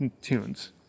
tunes